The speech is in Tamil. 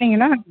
தந்திங்கன்னா